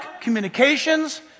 communications